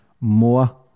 more